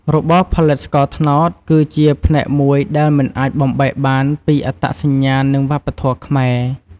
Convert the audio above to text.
របរផលិតស្ករត្នោតគឺជាផ្នែកមួយដែលមិនអាចបំបែកបានពីអត្តសញ្ញាណនិងវប្បធម៌ខ្មែរ។